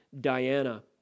Diana